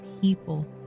people